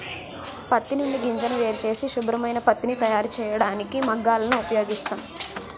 పత్తి నుండి గింజను వేరుచేసి శుభ్రమైన పత్తిని తయారుచేయడానికి మగ్గాలను ఉపయోగిస్తాం